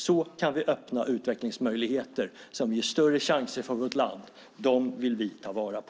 Så kan vi öppna utvecklingsmöjligheter som ger större chanser för vårt land. Dem vill vi ta vara på.